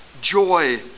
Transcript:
joy